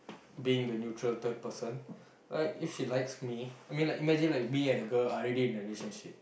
being the neutral third person like if she likes me I mean like imagine like me and the girl are already in a relationship